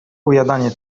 ujadanie